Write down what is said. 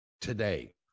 today